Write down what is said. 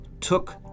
took